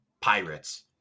Pirates